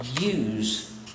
use